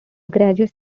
gradius